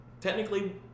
technically